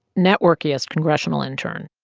networkiest congressional intern.